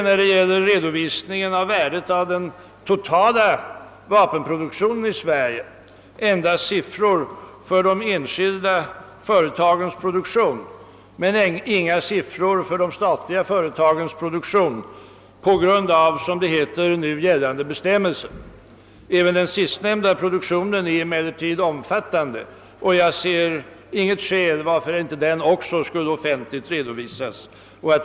När det gäller redovisningen av värdet av den totala vapenproduktionen i Sverige ges emellertid siffror endast för de enskilda företagens produktion men inte för de statliga företagens, på grund av — som det heter — nu gällande bestämmelser. Även den sistnämnda produktionen är dock omfattande, och jag ser inget skäl till att inte också denna skulle redovisas offentligt.